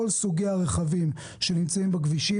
כל סוגי הרכבים שנמצאים בכבישים,